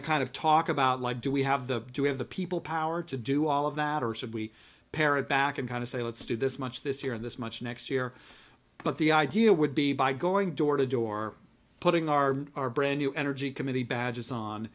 to kind of talk about like do we have the do we have the people power to do all of that or said we parrot back and kind of say let's do this much this year and this much next year but the idea would be by going door to door putting our our brand new energy committee badges on